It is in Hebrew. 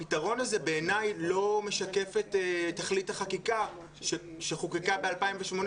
הפתרון הזה לא משקף בעיניי את תכלית החקיקה שחוקקה ב2018,